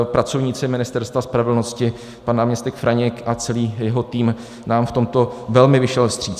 Pracovníci Ministerstva spravedlnosti, pan náměstek Franěk a celý jeho tým nám v tomto velmi vyšel vstříc.